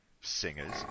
singers